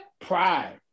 Pride